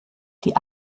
die